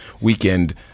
weekend